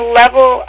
level